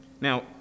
Now